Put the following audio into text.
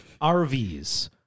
RVs